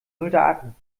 soldaten